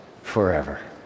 forever